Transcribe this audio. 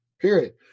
period